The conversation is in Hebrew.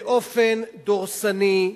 באופן דורסני,